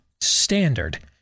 standard